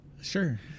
Sure